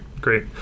Great